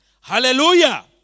Hallelujah